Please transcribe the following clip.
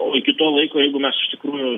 o iki to laiko jeigu mes iš tikrųjų